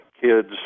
kids